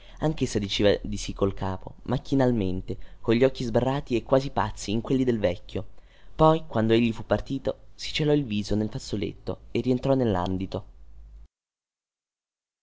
anchessa diceva di sì col capo macchinalmente cogli occhi sbarrati e quasi pazzi in quelli del vecchio poi quando egli fu partito si celò il viso nel fazzoletto e rientrò nellandito